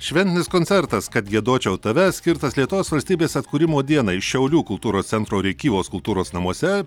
šventinis koncertas kad giedočiau tave skirtas lietuvos valstybės atkūrimo dienai šiaulių kultūros centro rėkyvos kultūros namuose